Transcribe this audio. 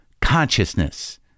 consciousness